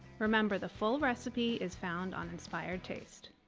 remember the full recipe is found on inspired taste.